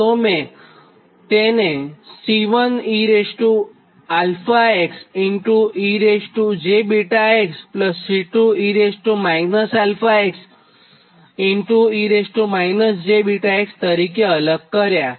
તો મેં તેને C1e 𝛼 x e jβ x C2 e 𝛼 x e jβ x તરીકે અલગ કર્યા છે